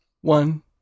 one